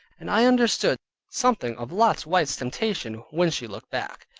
and i understood something of lot's wife's temptation, when she looked back.